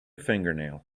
fingernail